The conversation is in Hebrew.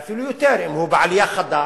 אפילו יותר, אם הוא בעלייה חדה